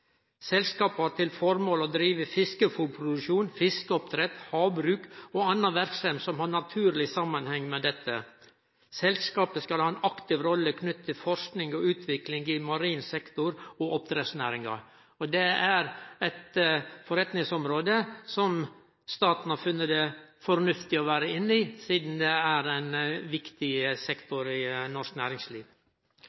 Selskapet har til formål å drive fiskefôrproduksjon, fiskeoppdrett, havbruk og anna verksemd som har naturleg samanheng med dette. Selskapet skal ha ei aktiv rolle knytt til forsking og utvikling i marin sektor og oppdrettsnæringa, og det er eit forretningsområde som staten har funne det fornuftig å vere inne i, sidan det er ein viktig